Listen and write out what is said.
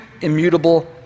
immutable